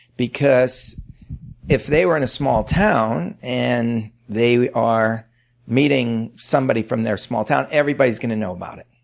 because if they were in a small town and they are meeting somebody from their small town, everybody's going to know about it.